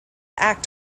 act